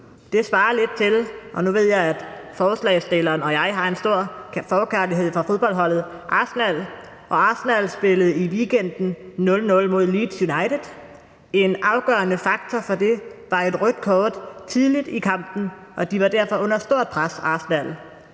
Nu ved jeg, at ordføreren for forslagsstillerne og jeg har en stor forkærlighed for fodboldholdet Arsenal F.C. Arsenal F.C. spillede i weekenden 0-0 mod Leeds United F.C., og en afgørende faktor for det var et rødt kort tidligt i kampen, og Arsenal F.C. var derfor under stort pres; hvis